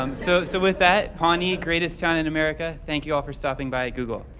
um so so with that, pawnee, greatest town in america. thank you for stopping by at google!